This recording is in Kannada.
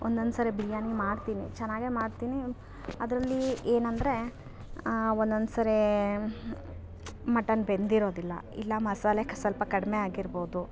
ಒಂದೊಂದ್ಸಾರಿ ಬಿರಿಯಾನಿ ಮಾಡ್ತೀನಿ ಚೆನ್ನಾಗೆ ಮಾಡ್ತೀನಿ ಅದರಲ್ಲಿ ಏನಂದರೆ ಒಂದೊಂದ್ಸಾರಿ ಮಟನ್ ಬೆಂದಿರೋದಿಲ್ಲ ಇಲ್ಲ ಮಸಾಲೆ ಕ ಸ್ವಲ್ಪ ಕಡಿಮೆ ಆಗಿರ್ಬೌದು